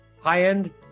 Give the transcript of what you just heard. high-end